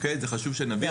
חשוב שנבין את זה.